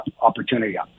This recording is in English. opportunity